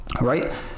right